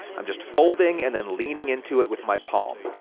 i'm just folding, and then leaning into it with my palm.